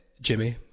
Jimmy